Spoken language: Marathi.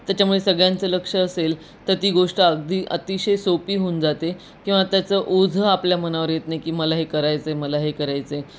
त्याच्यामुळे सगळ्यांचं लक्ष असेल तर ती गोष्ट अगदी अतिशय सोपी होऊन जाते किंवा त्याचं ओझं आपल्या मनावर येत नाही की मला हे करायचं आहे मला हे करायचं आहे